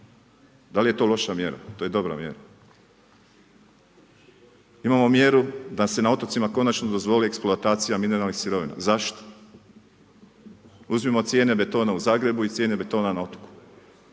Da li je to loša mjera? To je dobra mjera. Imamo mjeru da se na otocima konačno dozvoli eksploatacija mineralnih sirovina, zašto? Uzmimo cijene betona u Zagrebu i cijene betona na otoku.